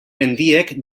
mendiek